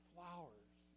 Flowers